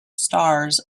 stars